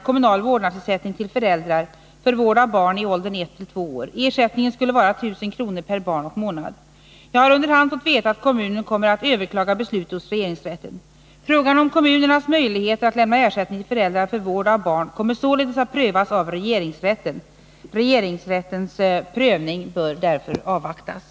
Jag har under hand fått veta att kommunen kommer att överklaga beslutet hos regeringsrätten. Frågan om kommunernas möjligheter att lämna ersättning till föräldrar för vård av barn kommer således att prövas av regeringsrätten. Regeringsrättens prövning bör därför avvaktas.